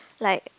like